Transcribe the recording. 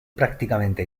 prácticamente